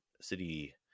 city